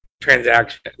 transaction